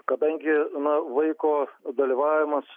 kadangi na vaiko dalyvavimas